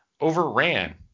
overran